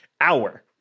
hour